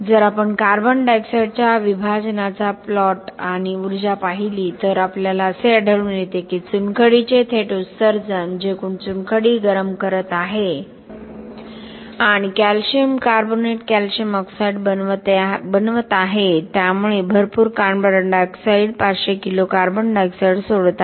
जर आपण carbon dioxide च्या विभाजनाचा प्लॉट आणि उर्जा पाहिली तर आपल्याला असे आढळून येते की चुनखडीचे थेट उत्सर्जन जे चुनखडी गरम करत आहे आणि कॅल्शियम कार्बोनेट कॅल्शियम ऑक्साईड बनवते आहे त्यामुळे भरपूर carbon dioxide 500 kilo carbon dioxide सोडत आहे